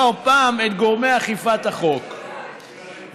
שתוקף פעם אחר פעם את גורמי אכיפת החוק ושומרי